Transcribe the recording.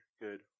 good